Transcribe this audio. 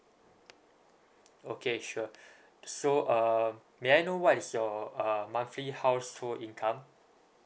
okay sure so um may I know what is your uh monthly household income